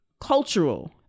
cultural